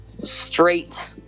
straight